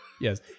yes